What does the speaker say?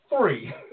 three